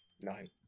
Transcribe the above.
nine